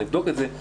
נבדוק את זה,